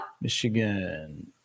Michigan